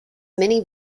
many